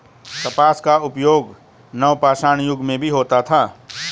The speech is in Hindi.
कपास का उपयोग नवपाषाण युग में भी होता था